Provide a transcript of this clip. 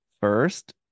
first